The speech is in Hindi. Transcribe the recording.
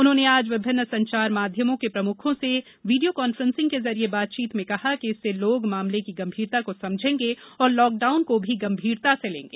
उन्होंने आज विभिन्न संचार माध्यमों के प्रमुखों से वीडियो कांफ्रेंसिंग के जरिए बातचीत में कहा कि इससे लोग मामले की गंभीरता को समझेंगे और लॉकडाउन को भी गंभीरता से लेंगे